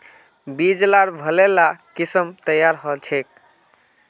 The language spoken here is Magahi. बीज लार भले ला किसम तैयार होछे